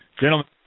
Gentlemen